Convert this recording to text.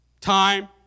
Time